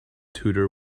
tudor